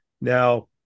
Now